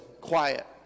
quiet